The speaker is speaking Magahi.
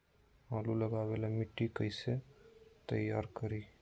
आलु लगावे ला मिट्टी कैसे तैयार करी?